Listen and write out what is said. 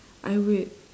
I would